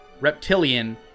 Reptilian